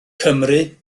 cymry